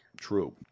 True